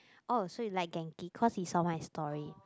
oh so you like Genki cause he saw my story